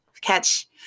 catch